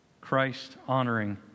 Christ-honoring